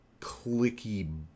clicky